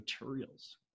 materials